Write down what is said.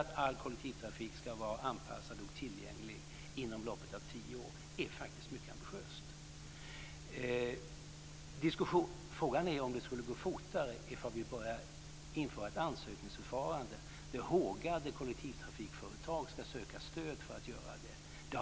Att all kollektivtrafik ska vara anpassad och tillgänglig inom loppet av tio år är faktiskt ett mycket ambitiöst mål. Frågan är om det skulle gå fortare ifall vi införde ett förfarande innebärande att hågade kollektivtrafikföretag ska kunna söka stöd för detta arbete.